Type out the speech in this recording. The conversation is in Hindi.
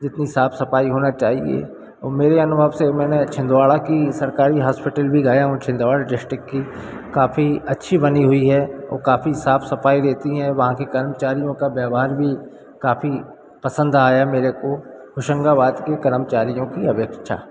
जितनी साफ सफाई होना चाहिए और मेरे अनुभव से मैंने छिंदवाड़ा की सरकारी हॉस्पिटल भी गया हूँ छिंदवाड़ा डिस्ट्रिक्ट की काफ़ी अच्छी बनी हुई है और काफ़ी साफ सफाई रहती हैं वहाँ के कर्मचारियों का व्यवहार भी काफ़ी पसंद आया मेरे को होशंगाबाद की कर्मचारियों की अपेक्षा